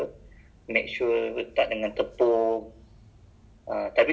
ya the sauce right then pour on top kan just just tuang